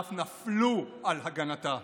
שאף נפלו על הגנתה.